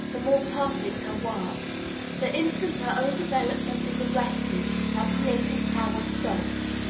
the more perfect her work the instant her own development is arrested, her creative power stops.